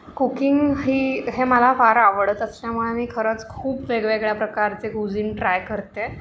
cooking ही हे मला फार आवडत असल्यामुळे मी खरंच खूप वेगवेगळ्या प्रकारचे कुझिन ट्राय करते